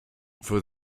for